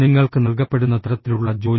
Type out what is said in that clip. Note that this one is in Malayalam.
നിങ്ങൾക്ക് നൽകപ്പെടുന്ന തരത്തിലുള്ള ജോലി